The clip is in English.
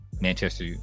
Manchester